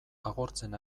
agortzen